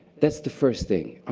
that's the first thing.